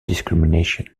discrimination